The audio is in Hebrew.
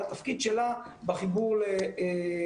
האקדמיה, על התפקיד שלה בחיבור לתעסוקה.